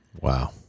Wow